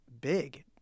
big